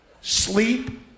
sleep